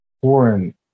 foreign